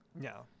No